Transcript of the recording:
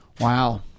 wow